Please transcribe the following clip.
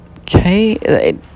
okay